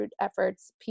efforts